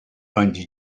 bungee